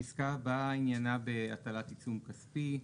הפסקה הבאה, עניינה בהטלת עיצום כספי.